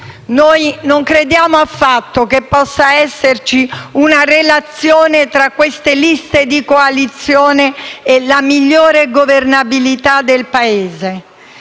Noi non crediamo affatto che possa esserci una relazione tra queste liste di coalizione e la migliore governabilità del Paese.